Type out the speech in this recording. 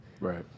right